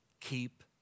keep